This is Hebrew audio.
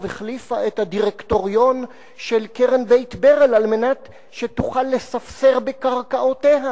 החליפה את הדירקטוריון של קרן בית-ברל על מנת שתוכל לספסר בקרקעותיה.